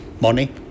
money